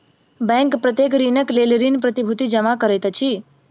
bank प्रत्येक ऋणक लेल ऋण प्रतिभूति जमा करैत अछि